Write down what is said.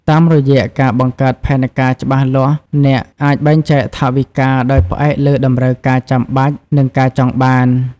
តាមរយៈការបង្កើតផែនការច្បាស់លាស់ អ្នកអាចបែងចែកថវិកាដោយផ្អែកលើតម្រូវការចាំបាច់ និងការចង់បាន។